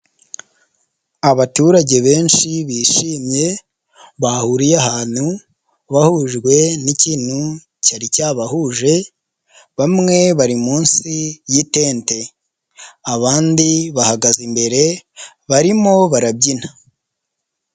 Abaturage benshi bishimye, bahuriye ahantu, bahujwe n'ikintu cyari cyabahuje, bamwe bari munsi y'itende, abandi bahagaze imbere, barimo barabyina.